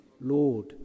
Lord